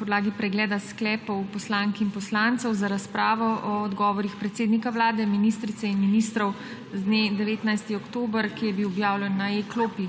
podlagi pregleda sklepov poslank in poslancev za razpravo o odgovorih predsednika Vlade, ministrice in ministrov z dne 19. oktober, ki je bil objavljen na e-klopi.